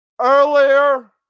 earlier